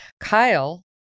Kyle